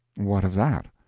what of that?